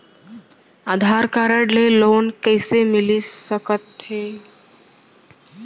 आधार card ले loan कइसे मिलिस सकत हे?